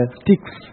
sticks